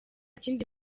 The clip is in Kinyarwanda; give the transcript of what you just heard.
kindi